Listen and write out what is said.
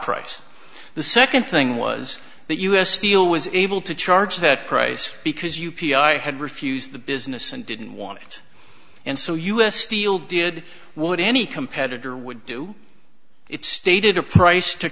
price the second thing was that u s steel was able to charge that price because u p i had refused the business and didn't want it and so u s steel did what any competitor would do it stated a price to